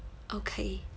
okay